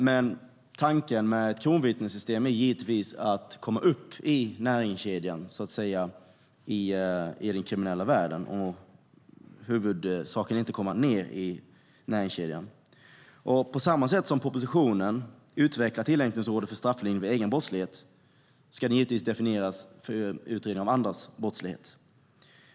Men tanken med ett kronvittnessystem är givetvis att så att säga komma upp i näringskedjan i den kriminella världen. Huvudsaken är inte att komma ned i näringskedjan. På samma sätt som det i propositionen utvecklas en tillämpningsordning för strafflindring vid egen brottslighet ska den givetvis definieras för utredning av andras brottslighet.